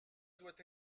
doit